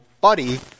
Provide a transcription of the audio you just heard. buddy